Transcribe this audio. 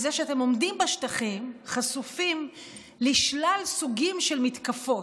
מזה שאתם עומדים בשטחים חשופים לשלל סוגים של מתקפות.